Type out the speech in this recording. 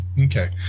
Okay